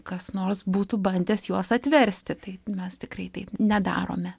kas nors būtų bandęs juos atversti tai mes tikrai taip nedarome